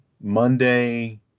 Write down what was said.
Monday